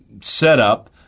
setup